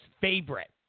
favorite